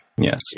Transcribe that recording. Yes